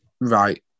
right